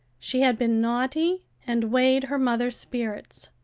she had been naughty and weighed her mother's spirits.